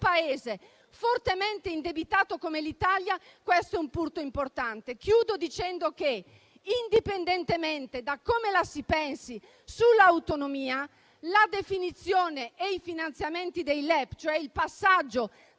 Paese fortemente indebitato come l'Italia questo è un punto importante. Concludo dicendo che, indipendentemente da come la si pensi sull'autonomia, la definizione e i finanziamenti dei LEP, cioè il passaggio